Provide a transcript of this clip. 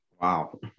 Wow